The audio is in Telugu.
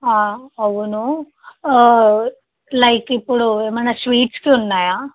అవును లైక్ ఇప్పుడు ఏమైనా స్వీట్స్ ఉన్నాయా